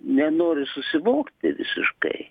nenori susivokti visiškai